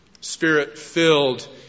Spirit-filled